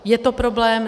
Je to problém.